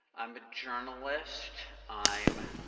i'm a journalist. i'm